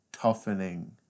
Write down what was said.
toughening